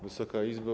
Wysoka Izbo!